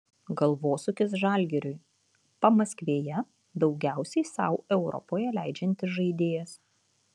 galvosūkis žalgiriui pamaskvėje daugiausiai sau europoje leidžiantis žaidėjas